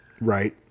Right